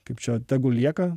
kaip čia tegu lieka